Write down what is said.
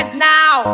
now